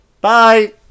bye